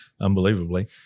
unbelievably